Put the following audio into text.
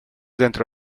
dentro